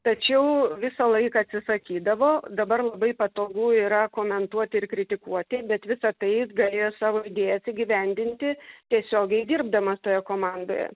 tačiau visą laiką atsisakydavo dabar labai patogu yra komentuoti ir kritikuoti bet visa tai jis galėjo savo idėjas įgyvendinti tiesiogiai dirbdamas toje komandoje